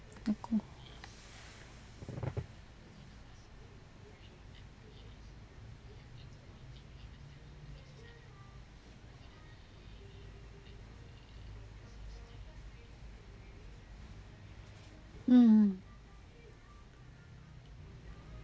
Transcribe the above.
welcome mm